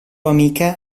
amica